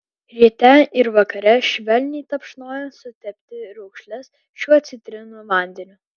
ryte ir vakare švelniai tapšnojant sutepti raukšles šiuo citrinų vandeniu